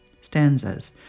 stanzas